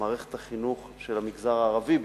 מערכת החינוך של המגזר הערבי בירושלים,